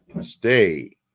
stay